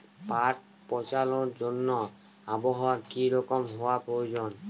পাট পচানোর জন্য আবহাওয়া কী রকম হওয়ার প্রয়োজন?